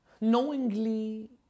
Knowingly